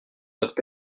doivent